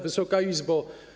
Wysoka Izbo!